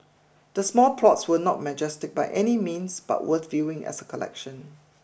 the small plots were not majestic by any means but worth viewing as a collection